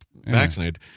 vaccinated